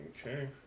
Okay